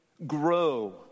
grow